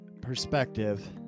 perspective